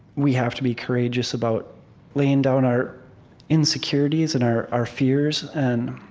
we have to be courageous about laying down our insecurities and our our fears, and